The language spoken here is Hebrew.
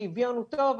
ששוויון הוא טוב,